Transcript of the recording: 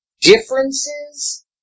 differences